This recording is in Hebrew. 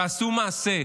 תעשו מעשה.